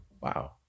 wow